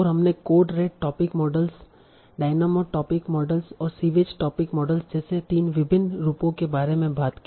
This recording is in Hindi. और हमने correlated topic models dynamic topic models और सीवेज टोपिक मॉडल्स जैसे तीन विभिन्न रूपों के बारे में बात की